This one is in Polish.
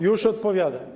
Już odpowiadam.